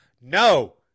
No